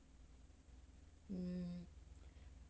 mm